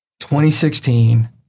2016